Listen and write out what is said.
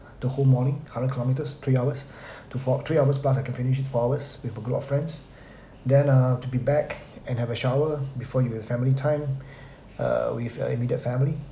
the whole morning hundred kilometres three hours to four three hours plus I can finish in four hours with a group of friends then uh to be back and have a shower before with your family time uh with your immediate family